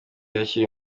akiri